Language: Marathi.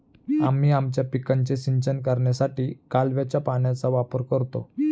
आम्ही आमच्या पिकांचे सिंचन करण्यासाठी कालव्याच्या पाण्याचा वापर करतो